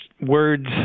words